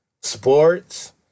sports